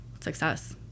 success